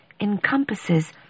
encompasses